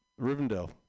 Rivendell